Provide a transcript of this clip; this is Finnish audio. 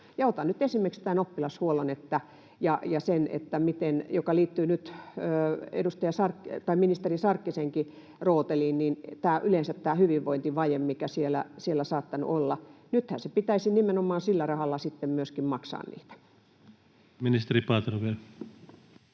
Otan nyt esimerkiksi tämän oppilashuollon ja sen, joka liittyy nyt ministeri Sarkkisenkin rooteliin, yleensä tämän hyvinvointivajeen, mikä siellä on saattanut olla. Nythän pitäisi nimenomaan sillä rahalla myöskin maksaa niitä. [Speech